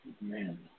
Man